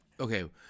Okay